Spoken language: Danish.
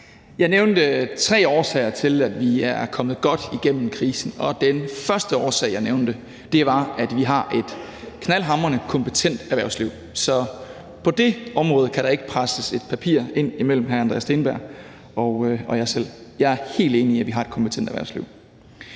Jeg nævnte tre årsager til, at vi er kommet godt igennem krisen, og den første årsag, jeg nævnte, var, at vi har et knaldhamrende kompetent erhvervsliv, så på det område kan der ikke presses et stykke papir ind imellem hr. Andreas Steenberg og mig selv. Jeg er helt enig i, at vi har et kompetent erhvervsliv.